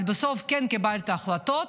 אבל בסוף כן קיבלת החלטות,